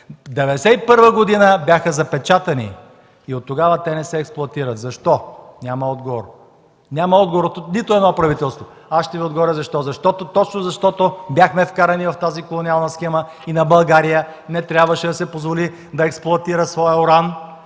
1991 г. бяха запечатани и оттогава те не се експлоатират. Защо? Няма отговор! Няма отговор от нито едно правителство. Аз ще Ви отговоря защо. Точно защото бяхме вкарани в тази колониална схема и на България не трябваше да се позволи да експлоатира своя уран,